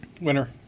Winner